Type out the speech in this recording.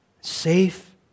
safe